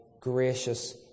gracious